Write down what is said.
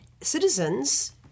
citizens